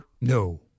No